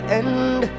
end